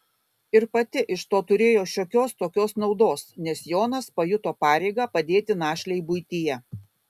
ir pati iš to turėjo šiokios tokios naudos nes jonas pajuto pareigą padėti našlei buityje